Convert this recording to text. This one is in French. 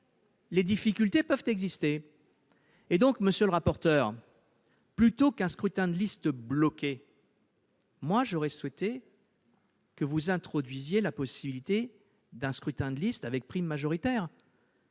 les difficultés peuvent exister. Aussi, monsieur le rapporteur, plutôt qu'un scrutin de liste bloquée, j'aurais souhaité que vous introduisiez la possibilité d'un scrutin de liste avec prime majoritaire.